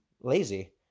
lazy